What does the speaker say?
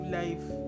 life